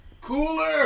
Cooler